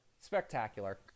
Spectacular